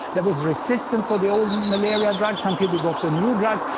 there was resistance for the old malaria drugs, until we got the new drugs.